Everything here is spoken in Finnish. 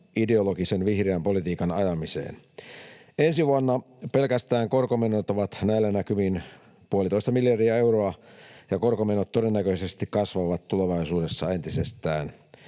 ideologisen vihreän politiikan ajamiseen. Ensi vuonna pelkästään korkomenot ovat näillä näkymin puolitoista miljardia euroa, ja korkomenot todennäköisesti kasvavat tulevaisuudessa entisestään.